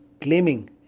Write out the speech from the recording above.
claiming